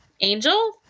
Angel